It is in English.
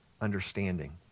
understanding